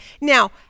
Now